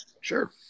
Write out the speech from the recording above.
sure